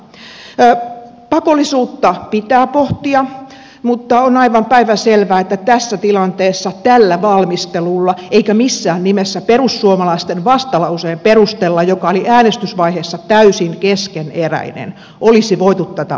pakollisuutta pitää pohtia mutta on aivan päivänselvää ettei tässä tilanteessa tällä valmistelulla eikä missään nimessä perussuomalaisten vastalauseen perusteella joka oli äänestysvaiheessa täysin keskeneräinen olisi voitu tätä asiaa päättää